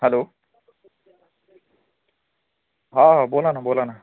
hello हा बोला ना बोला ना